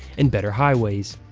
and better highways.